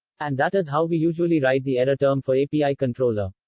and that is how we usually write the error term for a pi controller.